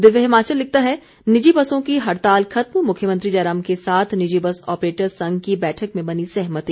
दिव्य हिमाचल लिखता है निजी बसों की हड़ताल खत्म मुख्यमंत्री जयराम के साथ निजी बस ऑपरेटर्ज संघ की बैठक में बनी सहमति